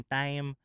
time